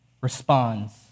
responds